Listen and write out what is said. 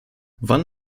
wann